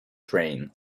train